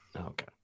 Okay